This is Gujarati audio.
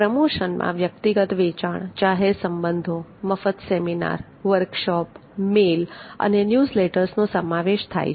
પ્રમોશનમાં વ્યક્તિગત વેચાણ જાહેર સંબંધો મફત સેમિનાર વર્કશોપ મેઈલ અને ન્યૂઝલેટર્સનો સમાવેશ થાય છે